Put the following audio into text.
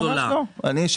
אני לא מתלהב.